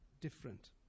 different